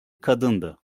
kadındı